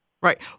Right